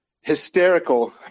hysterical